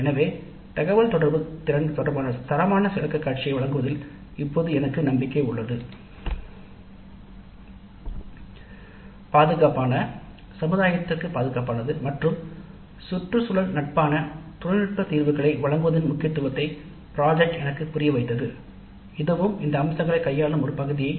எனவேதகவல்தொடர்பு திறன் தொடர்பான தரமான விளக்கக்காட்சியை வழங்குவதில் இப்போது எனக்கு நம்பிக்கை உள்ளது தகவல்தொடர்பு திறன் தொடர்பான தொழில்நுட்ப பணிகளை வழங்குவதன் முக்கியத்துவத்தை திட்டப்பணி எனக்குப் புரிய வைத்தது பாதுகாப்பான சமூகத்திற்கு பாதுகாப்பான மற்றும் சுற்றுச்சூழலுக்கு நன்மையான "